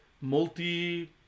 multi